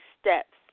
steps